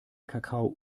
kakao